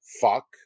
fuck